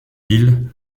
île